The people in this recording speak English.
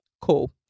Cool